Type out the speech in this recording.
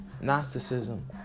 Gnosticism